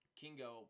kingo